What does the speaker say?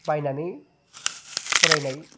बायनानै फरायनाय